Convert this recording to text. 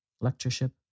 lectureship